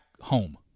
home